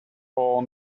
all